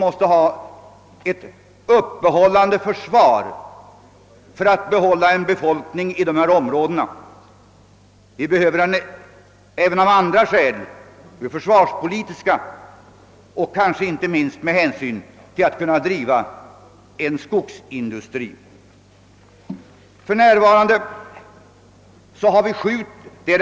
Vi måste ha ett slags uppehållande försvar för att befolkningen skall stanna kvar i de aktuella områdena. Vi behöver den även t.ex. av försvarspolitiska skäl och kanske inte minst för att kunna bedriva skogsindustriverksamhet.